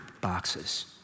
boxes